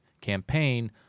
campaign